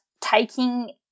taking